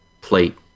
plate